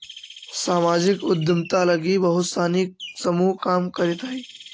सामाजिक उद्यमिता लगी बहुत सानी समूह काम करित हई